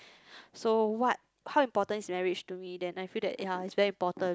so what how important is marriage to me then I feel that yea is very important